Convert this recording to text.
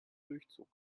durchzug